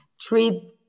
Treat